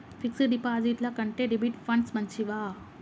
Fix డ్ డిపాజిట్ల కంటే డెబిట్ ఫండ్స్ మంచివా?